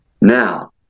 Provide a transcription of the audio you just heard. Now